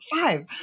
five